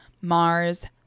Mars